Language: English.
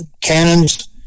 Cannons